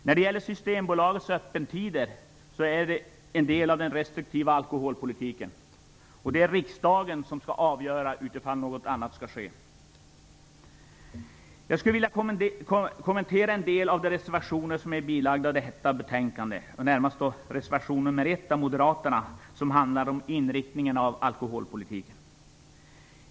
När det gäller Systembolagets öppettider är de en del av den restriktiva alkoholpolitiken, och det är riksdagen som skall avgöra om något annat skall ske. Jag skulle vilja kommentera en del av de reservationer som är bilagda detta betänkande, närmast reservation nr 1 av Moderaterna, som handlar om inriktningen av alkoholpolitiken.